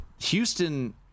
Houston